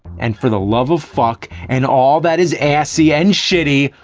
and for the love of fuck, and all that is assy and shitty,